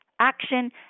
action